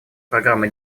программы